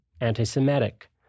anti-Semitic